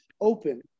open